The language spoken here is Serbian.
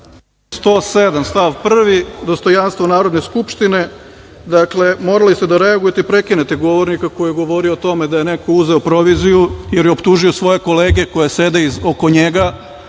107. stav 1. dostojanstvo Narodne skupštine. Morali ste da reagujete i prekinete govornika koji je govorio o tome da je neko uzeo proviziju jer je optužio svoje kolege koje sede oko njega.